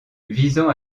visant